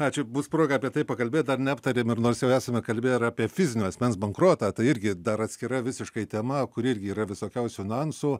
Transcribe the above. ačiū bus proga apie tai pakalbėt dar neaptarėm ir nors jau esame kalbėję ir apie fizinio asmens bankrotą tai irgi dar atskira visiškai tema kur irgi yra visokiausių niuansų